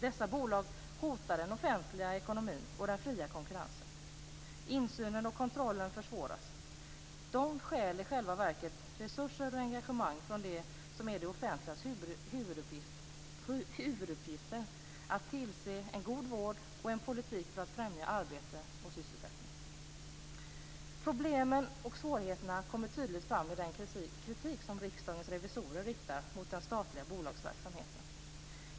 Dessa bolag hotar den offentliga ekonomin och den fria konkurrensen. Insynen och kontrollen försvåras. De stjäl i själva verket resurser och engagemang från det som är det offentligas huvuduppgifter: att tillse en god vård och en politik för att främja arbete och sysselsättning. Problemen och svårigheterna kommer tydligt fram i den kritik som Riksdagens revisorer riktar mot den statliga bolagsverksamheten.